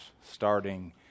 starting